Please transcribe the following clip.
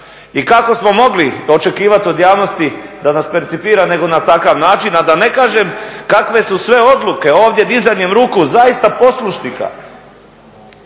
I kako smo mogli očekivati od javnosti da nas percipira nego na takav način. A da ne kažem kakve su sve odluke ovdje dizanjem ruku zaista poslušnika